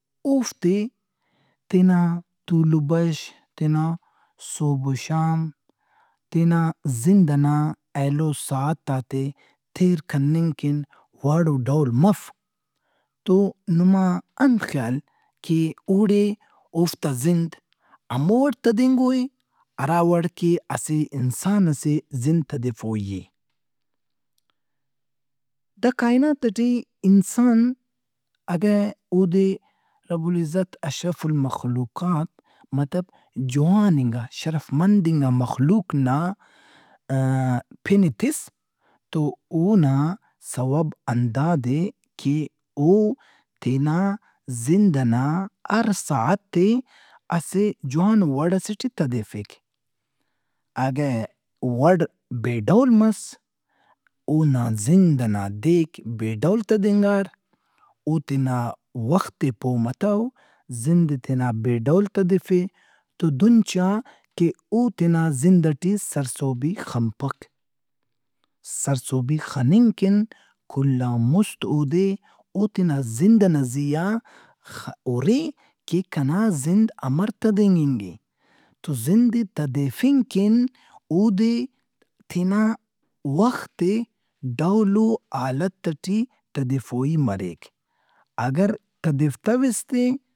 اوفتے تینا تول و بش، تینا صحب و شام، تینا زند ئنا ایلو ساعتات ئے تیر کننگ کن وڑ و ڈول مف تو نما انت خیال اوڑے اوفتا زند ہمووڑتدینگواے ہراوڑ کہ اسہ انسان ئسے زند تدیفوئی اے۔ دا کائنات ئٹی انسان اگہ اودے رب العزت اشرف المخلوقات مطلب جواننگا شرف مند انگا مخلوق نا پن ئے تِس تواونا سوب ہنداد اے کہ او تینا زند ئنا ہر ساعت ئے اسہ جوانو وڑ ئسے ٹی تدیفک۔ اگہ وڑ بے ڈول مس، اونا زند ئنا دیک بے ڈول تدینگا، راو تینا وخت ئے پو متو زند ئے تینا بے ڈول تدیفے تو دہن چا کہ او تینا زند ئٹے سرسہبی خنپک۔ سرسہبی خننگ کن کل آن مُست اودے او تینا زند ئنا زیّا خہ- ہُرہِ کہ کنا زند امر تدینگنگ اے۔ تو زند ئے تدیفنگ کن اودے تینا وخت ئے ڈول و حالت ئٹے تدیفوئی مریک۔ اگہ تدیفتویس تے۔